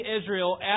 Israel